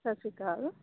ਸਤਿ ਸ਼੍ਰੀ ਅਕਾਲ